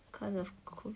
caus of COVID